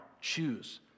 choose